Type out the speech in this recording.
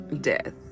death